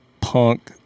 punk